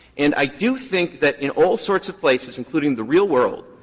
and i do think that in all sorts of places, including the real world,